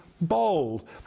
bold